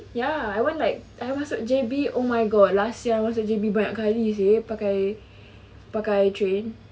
ya I went like masuk J_B oh my god last year I masuk J_B banyak kali seh pakai pakai train